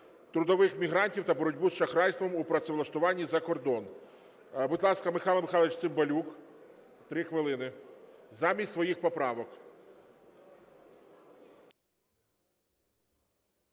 трудових мігрантів та боротьбу з шахрайством у працевлаштуванні за кордон. Будь ласка, Михайло Михайлович Цимбалюк, 3 хвилини. Замість своїх поправок.